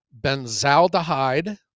benzaldehyde